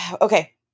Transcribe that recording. okay